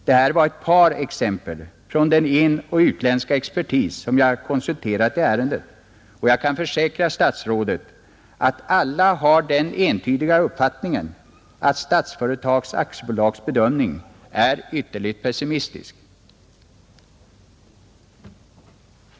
Detta var ett par exempel från den inoch utländska expertis som jag konsulterat i ärendet, och jag kan försäkra statsrådet att alla har den entydiga uppfattningen att Statsföretag AB:s bedömning är ytterligt pessimistisk.